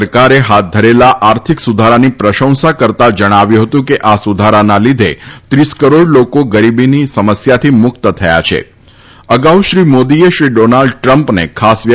સરકારે હાથ ધરેલા આર્થિક સુધારાની પ્રશંસા કરતા જણાવ્યું હતું કે આ સુધારાના લીધે ત્રીસ કરોડ લોકો ગરીબીની સમસ્યાથી મુક્ત થયા છેઅગાઉ શ્રી મોદીએ શ્રી ડોનાલ્ડ ટ્રમ્પને ખાસ વ્ય